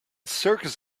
circus